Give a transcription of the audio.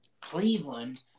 Cleveland